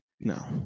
no